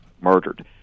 murdered